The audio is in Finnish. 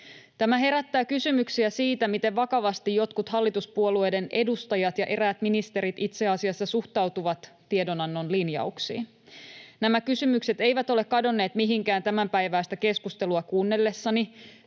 Tämä herättää kysymyksiä siitä, miten vakavasti jotkut hallituspuolueiden edustajat ja eräät ministerit itse asiassa suhtautuvat tiedonannon linjauksiin. Nämä kysymykset eivät ole kadonneet mihinkään tämänpäiväistä keskustelua kuunnellessani.